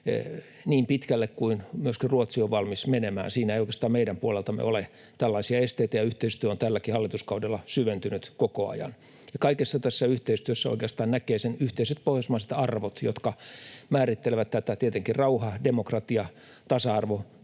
niin pitkälle kuin myöskin Ruotsi on valmis menemään, siinä ei oikeastaan meidän puoleltamme ole tällaisia esteitä, ja yhteistyö on tälläkin hallituskaudella syventynyt koko ajan. Kaikessa tässä yhteistyössä oikeastaan näkee ne yhteiset pohjoismaiset arvot, jotka määrittelevät tätä — tietenkin rauha-, demokratia-,